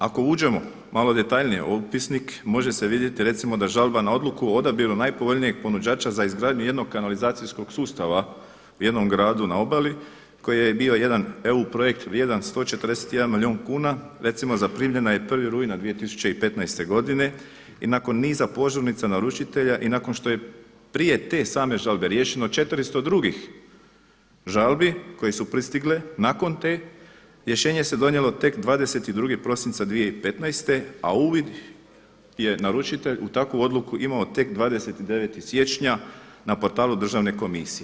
Ako uđemo malo detaljnije u upisnik može se vidjeti recimo da žalba na odluku o odabiru najpovoljnijeg ponuđača za izgradnju jednog kanalizacijskog sustava u jednom gradu na obali koji je bio i jedan EU projekt vrijedan 141 milijun kuna recimo zaprimljena je 1. rujna 2015. godine i nakon niza požurnica naručitelja i nakon što je prije te same žalbe riješeno 400 drugih žalbi koje su pristigle nakon te rješenje se donijelo tek 22. prosinca 2015. a uvid je naručite u takvu odluku imao tek 29. siječnja na portalu Državne komisije.